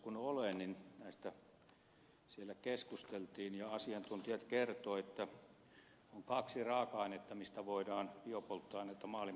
kun olen talousvaliokunnassa ja näistä siellä keskusteltiin niin asiantuntijat kertoivat että on kaksi raaka ainetta mistä voidaan biopolttoainetta maailmassa tehdä merkittävästi